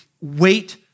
wait